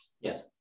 Yes